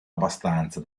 abbastanza